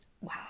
Wow